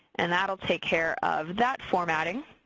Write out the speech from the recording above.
and that'll take care of that formatting.